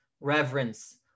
reverence